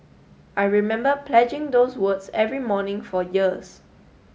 I remember pledging those words every morning for years